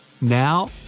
Now